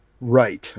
Right